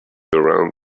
around